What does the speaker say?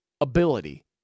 ability